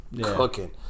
cooking